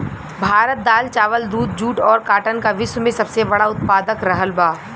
भारत दाल चावल दूध जूट और काटन का विश्व में सबसे बड़ा उतपादक रहल बा